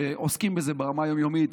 שעוסקות בזה ברמה היום-יומית.